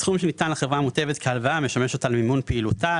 הסכום שניתן לחברה המוטבת כהלוואה משמש אותה למימון פעילותה,